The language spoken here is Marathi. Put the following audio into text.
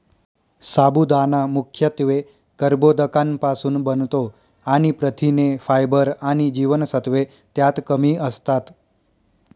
साबुदाणा मुख्यत्वे कर्बोदकांपासुन बनतो आणि प्रथिने, फायबर आणि जीवनसत्त्वे त्यात कमी असतात